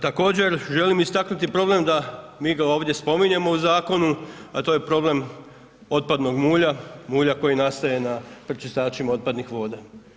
Također želim istaknuti problem da, mi ga ovdje spominjemo u zakonu, a to je problem otpadnog mulja, mulja koji nastaje na pročistačima otpadnih voda.